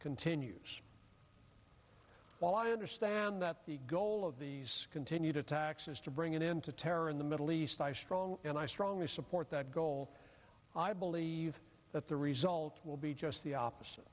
continues while i understand that the goal of these continued attacks is to bring an end to terror in the middle east i strong and i strongly support that goal i believe that the result will be just the opposite